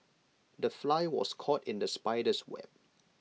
the fly was caught in the spider's web